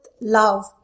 love